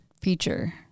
feature